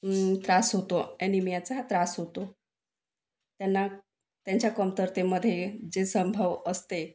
त्रास होतो ॲनिमियाचा त्रास होतो त्यांना त्यांच्या कमतरतेमध्ये जे संभव असते